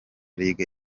league